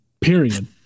period